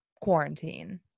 quarantine